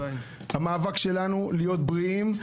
המאבק שלנו להיות בריאים.